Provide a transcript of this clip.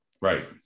right